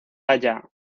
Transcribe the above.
haya